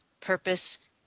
purpose